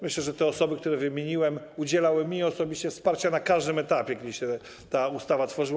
Myślę, że te osoby, które wymieniłem, udzielały mi osobiście wsparcia na każdym etapie, kiedy się ta ustawa tworzyła.